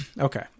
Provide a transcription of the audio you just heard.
Okay